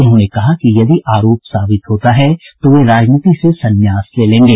उन्होंने कहा कि यदि आरोप साबित होता है तो वे राजनीति से सन्यास ले लेंगे